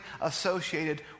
associated